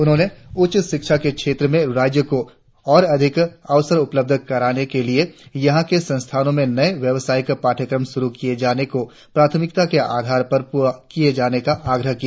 उन्होंने उच्च शिक्षा के क्षेत्र में राज्य को और अधिक अवसर उपलब्ध कराने के लिए यहा के संस्थानों में नए व्यवसायिक पाठ्यक्रम शुरु किए जाने को प्राथमिकता के आधार पर पूरा किए जाने का आग्रह किया